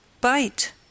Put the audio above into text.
Bite